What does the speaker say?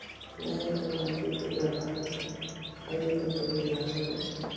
ನ್ಯಾಯಯುತವಾಗಿದ್ ವ್ಯಾಪಾರದ್ ಐದು ತತ್ವಗಳು ಯಾವ್ಯಾವು?